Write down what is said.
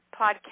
podcast